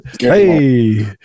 Hey